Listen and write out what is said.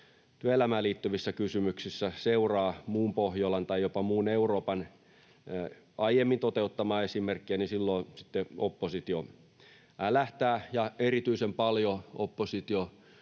työelämään liittyvissä kysymyksissä, seuraa muun Pohjolan tai jopa muun Euroopan aiemmin toteuttamaa esimerkkiä, niin silloin sitten oppositio älähtää, ja erityisen paljon oppositio